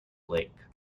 lake